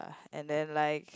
and then like